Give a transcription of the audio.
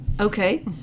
Okay